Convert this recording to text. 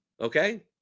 okay